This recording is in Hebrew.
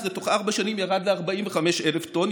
ותוך ארבע שנים ירד ל-45,000 טון,